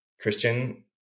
Christian